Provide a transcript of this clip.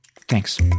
Thanks